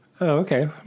okay